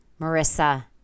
Marissa